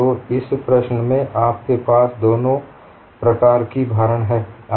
तो इस प्रश्न में आपके पास दोनों प्रकार की भारण हैं